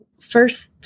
first